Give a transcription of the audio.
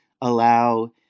allow